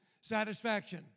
satisfaction